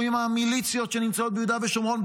עם המיליציות שנמצאות ביהודה ושומרון,